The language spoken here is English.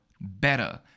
better